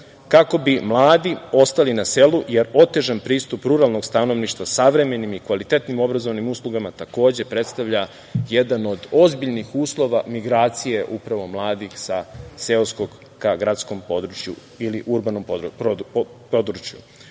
kako bi mladi ostali na selu, jer otežan pristup ruralnog stanovništva savremenim i kvalitetnim obrazovnim uslugama takođe predstavlja jedan od ozbiljnih uslova migracije upravo mladih sa seoskog ka gradskom području ili urbanom području. Prošle